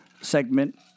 segment